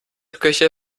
köche